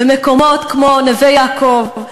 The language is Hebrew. במקומות כמו נווה-יעקב,